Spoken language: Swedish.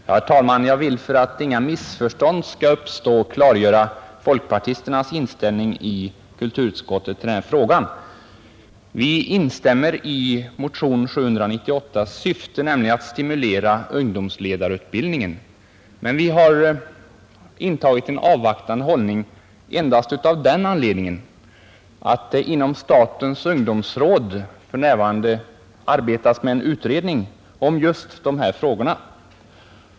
Herr talman! Jag vill för att inga missförstånd skall uppstå klargöra folkpartisternas inställning i kulturutskottet i denna fråga. Vi instämmer i syftet med motionen 798, nämligen att stimulera ungdomsledarutbildningen, men vi har intagit en avvaktande hållning endast av den anledningen att inom statens ungdomsråd för närvarande en utredning arbetar med just dessa frågor.